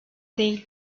değil